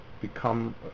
become